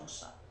שלושה.